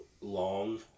long